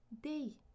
day